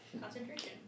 concentration